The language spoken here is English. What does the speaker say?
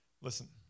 Listen